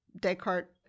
Descartes